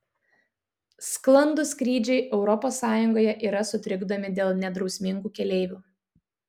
sklandūs skrydžiai europos sąjungoje yra sutrikdomi dėl nedrausmingų keleivių